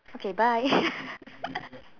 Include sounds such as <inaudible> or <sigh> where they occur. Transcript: okay bye <laughs>